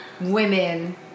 women